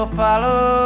follow